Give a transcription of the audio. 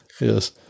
Yes